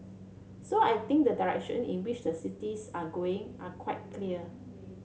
so I think the direction in which the cities are going are quite clear